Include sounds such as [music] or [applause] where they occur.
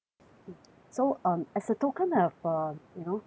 mm [breath] so um as a token of um you know